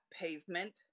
pavement